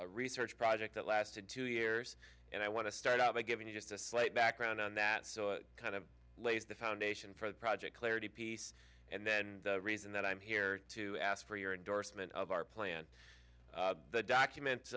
a research project that lasted two years and i want to start out by giving you just a slight background on that so kind of lays the foundation for the project clarity piece and then the reason that i'm here to ask for your endorsement of our plan the